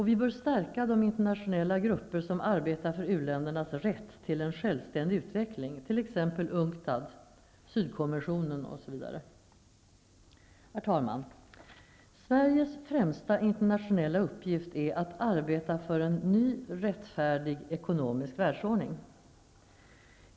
Vi bör stärka de internationella grupper som arbetar för uländernas rätt till en självständig utveckling, t.ex. Herr talman! Sveriges främsta internationella uppgift är att arbeta för en ny rättfärdig ekonomisk världsordning.